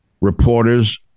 Reporters